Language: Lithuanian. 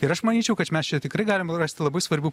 ir aš manyčiau kad mes čia tikrai galim rasti labai svarbių